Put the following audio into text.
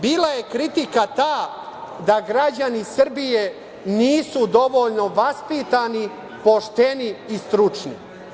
Bila je kritika ta da građani Srbije nisu dovoljno vaspitani, pošteni i stručni.